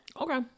Okay